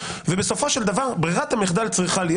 ובסופו של דבר ברירת המחדל צריכה להיות